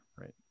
right